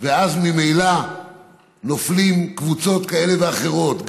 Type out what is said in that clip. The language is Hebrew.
ואז ממילא נופלות קבוצות כאלה ואחרות,